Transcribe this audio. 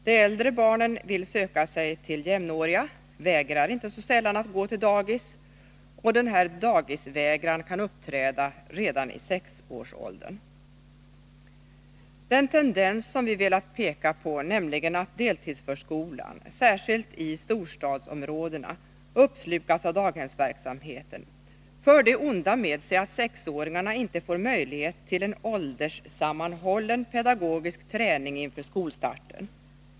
De äldre barnen vill söka sig till jämnåriga, vägrar inte så sällan att gå till sitt ”dagis” — och den här dagisvägran kan uppträda redan i sexårsåldern. Den tendens som vi velat peka på — nämligen att deltidsförskolan, särskilt i storstadsområdena, uppslukas av daghemsverksamheten — för det onda med sig att sexåringarna inte får möjlighet till en ålderssammanhållen pedagogisk träning inför skolstarten.